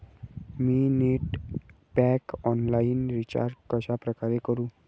मी net pack online recharge कशाप्रकारे करु?